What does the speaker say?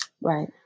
Right